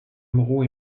moraux